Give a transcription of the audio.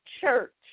church